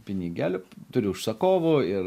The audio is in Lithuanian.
pinigėlių turi užsakovų ir